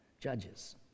judges